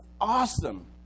awesome